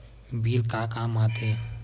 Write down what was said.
Bill का काम आ थे?